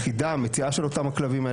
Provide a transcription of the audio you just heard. מציאה של אותם הכלבים,